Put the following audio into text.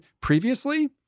previously